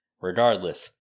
regardless